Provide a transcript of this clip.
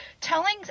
telling